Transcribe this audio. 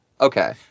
okay